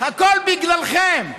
הכול בגללכם.